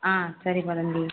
ஆ சரிப்பா தம்பி